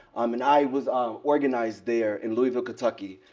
um and i was um organized there in louisville, kentucky.